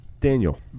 Daniel